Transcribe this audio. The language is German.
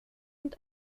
und